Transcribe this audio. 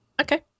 Okay